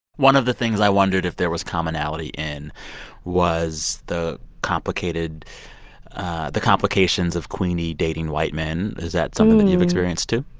one of the things i wondered if there was commonality in was the complicated the complications of queenie dating white men. is that something that you've experienced, too?